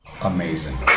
amazing